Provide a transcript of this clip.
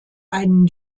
einen